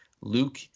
Luke